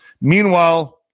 Meanwhile